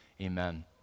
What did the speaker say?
Amen